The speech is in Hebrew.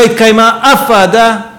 לא התקיימה אף ועדה,